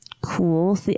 cool